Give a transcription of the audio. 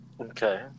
Okay